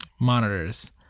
monitors